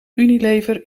unilever